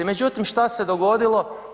Međutim, šta se dogodilo?